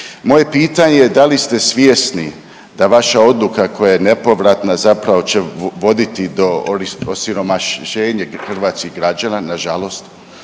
Moje pitanje je da li ste svjesni da vaša odluka koja je nepovratna zapravo će voditi do osiromašenja hrvatskih građana, nažalost?